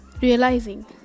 realizing